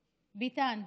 ביטן,